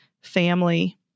family